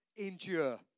endure